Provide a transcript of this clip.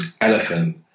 elephant